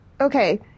Okay